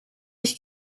ich